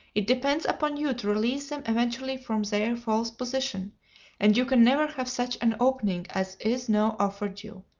it depends upon you to release them eventually from their false position and you can never have such an opening as is now offered you,